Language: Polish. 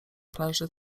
plaży